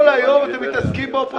כל היום אתם מתעסקים באופוזיציה.